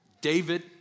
David